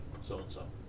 so-and-so